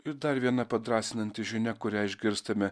ir dar viena padrąsinanti žinia kurią išgirstame